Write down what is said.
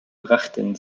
brachten